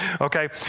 Okay